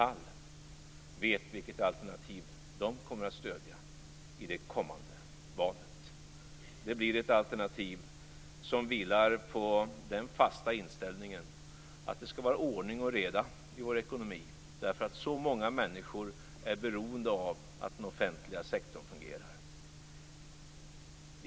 Det blir ett alternativ som vilar på den fasta inställningen att det skall vara ordning och reda i vår ekonomi, därför att så många människor är beroende av att den offentliga sektorn fungerar.